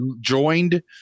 joined